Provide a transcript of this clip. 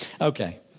Okay